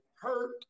hurt